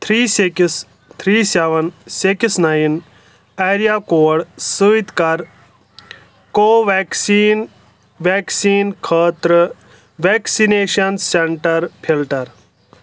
three six three seven six nine area code سۭتۍ کر Covaxin vaccine خٲطرٕ vaccination centre filter